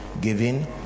giving